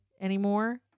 anymore